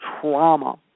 trauma